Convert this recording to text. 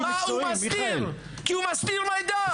כי הוא מסתיר מידע.